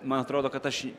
man atrodo kad aš